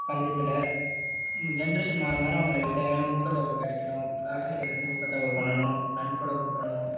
பஞ்சத்தில் ஜென்ரேஷன் மாற மாற அவங்களுக்கு தேவையான ஊக்கத்தொகை கிடைக்கணும் அரசு சைடுலேருந்து ஊக்கத்தொகை பண்ணணும் நன்கொடை கொடுக்கணும்